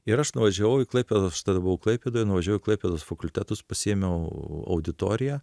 ir aš nuvažiavau į klaipėdą aš tada buvau klaipėdoj nuvažiuoju į klaipėdos fakultetus pasiėmiau auditoriją